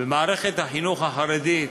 במערכת החינוך החרדית,